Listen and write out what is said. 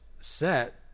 set